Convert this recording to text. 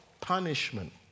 Punishment